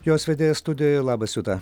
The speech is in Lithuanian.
jos vedėja studijoje labas juta